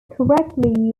correctly